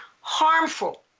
harmful